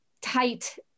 tight